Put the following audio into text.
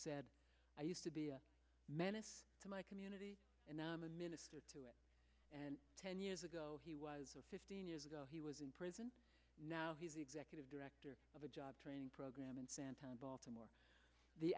said i used to be a menace to my community and i'm a minister to it and ten years ago he was fifteen years ago he was in prison now he's executive director of a job training program in san towne baltimore the